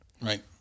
Right